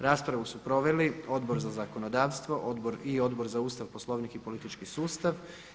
Raspravu su proveli Odbor za zakonodavstvo i Odbor za Ustav, Poslovnik i politički sustav.